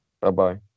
Bye-bye